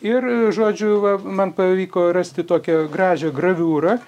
ir žodžiu va man pavyko rasti tokią gražią graviūrą